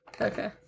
Okay